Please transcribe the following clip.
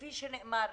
כפי שנאמר,